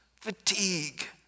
fatigue